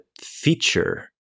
feature